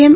એમ